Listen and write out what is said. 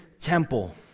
temple